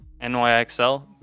NYXL